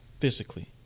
Physically